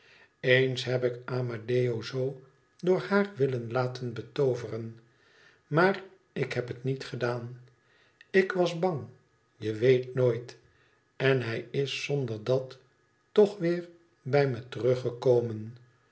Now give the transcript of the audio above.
eens heb ik amedeo zoo door haar willen laten betooveren maar ik heb het niet gedaan ik was bang je weet nooit en hij is zonder dat toch weer bij me